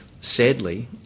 Sadly